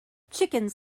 chickens